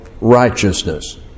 righteousness